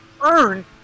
earn